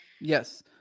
Yes